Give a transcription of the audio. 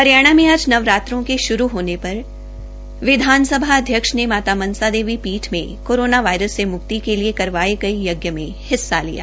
हरियाणा में नवरात्रों में शुरू होने पर विधानसभा अध्यक्ष ने माता मनसा देवी पीठ में कोरोना वायरस से मुक्ति के लिए करवाए यज्ञ में भाग लिया